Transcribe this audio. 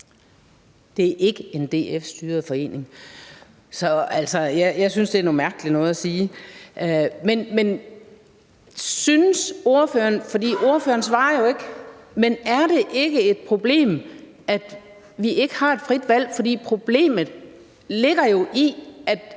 Det er ikke en DF-styret forening. Jeg synes, det er noget mærkeligt noget at sige. Ordføreren svarer jo ikke, men er det ikke et problem, at vi ikke har et frit valg? Problemet ligger jo i, at